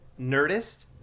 Nerdist